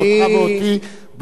אותך ואותי,